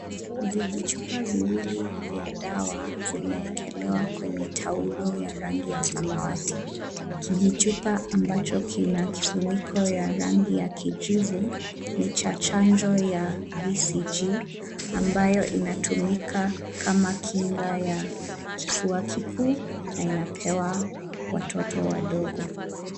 Vijichupa viwili vya dawa vimewekelewa kwenye taulo ya rangi ya samawati. Kijichupa ambacho kina kifuniko ya rangi ya kijivu ni cha chanjo ya BCG ambayo inatumika kama kinga ya kifua kikuu na inapewa watoto wadogo.